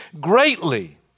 greatly